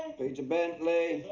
but peter bentley?